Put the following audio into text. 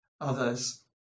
others